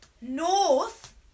North